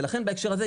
ולכן בהקשר הזה,